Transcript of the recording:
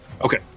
Okay